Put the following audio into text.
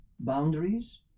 boundaries